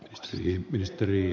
arvoisa puhemies